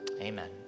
amen